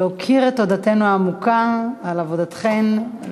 לבטא את תודתנו העמוקה על עבודתכן.